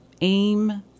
AIM